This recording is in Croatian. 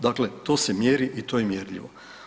Dakle, to se mjeri i to je mjerljivo.